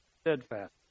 steadfast